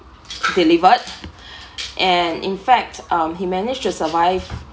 delivered and in fact um he managed to survive